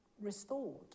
restored